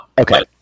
Okay